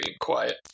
quiet